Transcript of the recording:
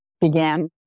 began